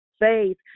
faith